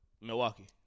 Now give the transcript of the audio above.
Milwaukee